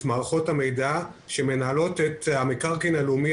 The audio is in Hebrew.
מערכות המידע שמנהלות את המקרקעין הלאומי,